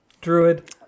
Druid